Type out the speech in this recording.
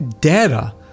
data